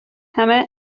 همه